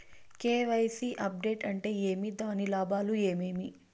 KYC update అంటే ఏమి? దాని లాభాలు ఏమేమి?